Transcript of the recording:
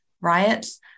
riots